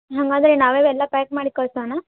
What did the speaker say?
ಹಾಗಾದ್ರೆ ನಾವೇ ಎಲ್ಲ ಪ್ಯಾಕ್ ಮಾಡಿ ಕಳಿಸೋಣ